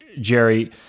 Jerry